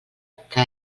que